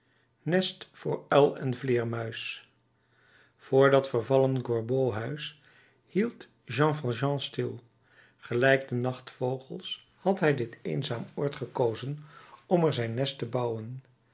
nest voor uil en vleermuis voor dat vervallen gorbeau huis hield jean valjean stil gelijk de nachtvogels had hij dit eenzaam oord gekozen om er zijn nest te bouwen